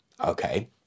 okay